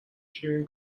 شیرین